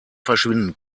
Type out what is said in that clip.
verschwinden